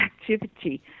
activity